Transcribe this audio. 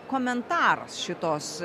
komentaras šitos